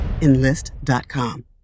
Enlist.com